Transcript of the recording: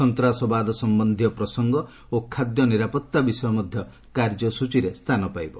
ସନ୍ତାସବାଦ ସମ୍ଭନ୍ଧୀୟ ପ୍ରସଙ୍ଗ ଓ ଖାଦ୍ୟ ନିରାପତ୍ତା ବିଷୟ ମଧ୍ୟ କାର୍ଯ୍ୟସୂଚୀରେ ସ୍ଥାନ ପାଇବ